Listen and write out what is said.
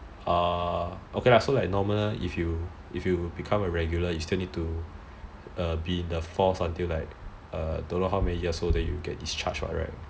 orh so it's okay lah if you become a regular you still need to be in the force until like don't know how many years then you get discharged right